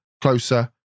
Closer